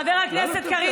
חבר הכנסת קריב,